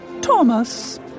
Thomas